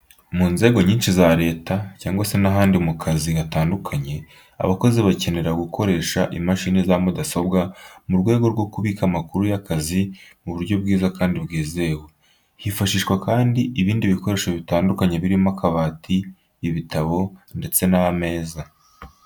Mu nzego nyinshi za leta cyangwa se n'ahandi mu kazi gatandukanye, abakozi bakenera gukoresha imashini za mudasobwa mu rwego rwo kubika amakuru y'akazi mu buryo bwiza kandi bwizewe. Hifashishwa kandi ibindi bikoresho bitandukanye birimo akabati, ibitabo ndetse n'ameza.